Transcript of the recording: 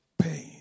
pain